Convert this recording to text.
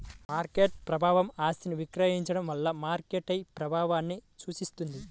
market ప్రభావం ఆస్తిని విక్రయించడం వల్ల మార్కెట్పై ప్రభావాన్ని సూచిస్తుంది